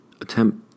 Attempt